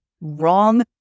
wrong